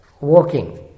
walking